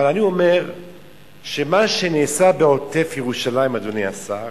אבל אני אומר שמה שנעשה בעוטף-ירושלים, אדוני השר,